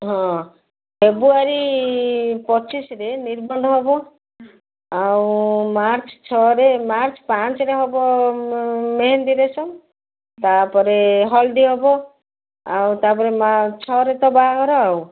ହଁ ଫେବୃଆରୀ ପଚିଶରେ ନିର୍ବନ୍ଧ ହେବ ଆଉ ମାର୍ଚ୍ଚ ଛଅରେ ମାର୍ଚ୍ଚ ପାଞ୍ଚରେ ହେବ ମେହେନ୍ଦି ରସମ୍ ତା'ପରେ ହଳଦୀ ହେବ ଆଉ ତା'ପରେ ମାର୍ଚ୍ଚ ଛଅରେ ତ ବାହାଘର ଆଉ